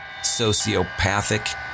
sociopathic